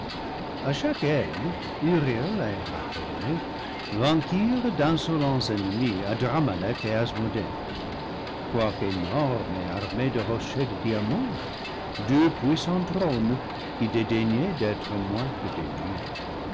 et raphaël vainquirent d'insolents en nemis adramaleck et asmodée quoique énormes et ar més de rochers de diamant deux puissants trônes qui dédai gnaient d'être moins que des dieux